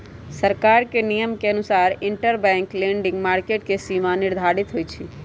सरकार के नियम के अनुसार इंटरबैंक लैंडिंग मार्केट के सीमा निर्धारित होई छई